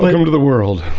but over the world,